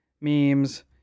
memes